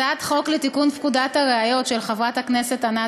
הצעת חוק לתיקון פקודת הראיות של חברת הכנסת ענת